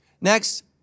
Next